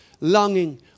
longing